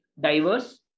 diverse